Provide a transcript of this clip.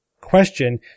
question